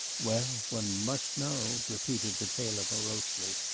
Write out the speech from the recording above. well, one must know repeated the tailor morosely,